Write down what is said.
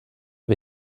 wir